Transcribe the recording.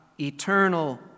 Eternal